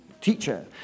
Teacher